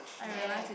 ya